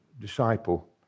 disciple